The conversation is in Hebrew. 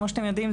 כמו שאתם יודעים,